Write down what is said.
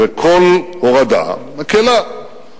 וכל הורדה מקלה.